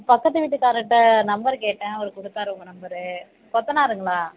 பக்கத்து வீட்டுக்காருகிட்ட நம்பர் கேட்டேன் அவர் கொடுத்தாரு உங்கள் நம்பரு கொத்தனாருங்களா